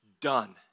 done